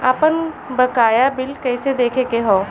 आपन बकाया बिल कइसे देखे के हौ?